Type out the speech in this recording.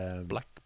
black